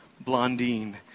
Blondine